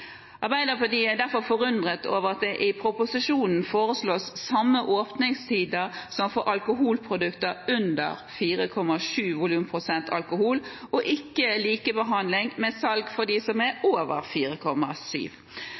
Arbeiderpartiet er derfor forundret over at det i proposisjonen foreslås samme åpningstider som for alkoholprodukter under 4,7 volumprosent alkohol og ikke likebehandling med salg